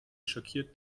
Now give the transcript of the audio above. schockiert